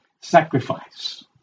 sacrifice